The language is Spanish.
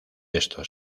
estos